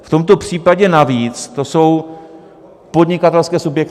V tomto případě navíc to jsou podnikatelské subjekty.